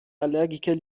allergiker